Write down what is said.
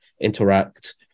interact